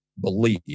believe